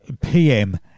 PM